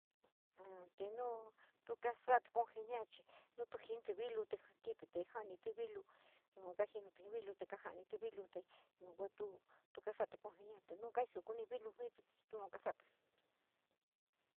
A te nuu tu kasati conjeniar chii tuo jintii vilote kiví te jaou ntií viñu yua jintou jii vilou te karijinií vilou te yua tuo kasatii confiniou, te nou kasoukinií vilu jití tu naa kasatii.